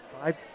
five